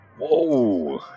Whoa